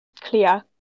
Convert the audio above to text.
clear